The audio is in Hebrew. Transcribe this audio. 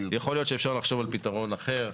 יכול להיות שאפשר לחשוב על פיתרון אחר.